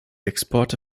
exporte